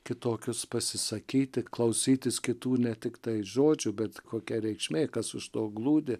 kitokius pasisakyti klausytis kitų ne tiktai žodžių bet kokia reikšmė kas už to glūdi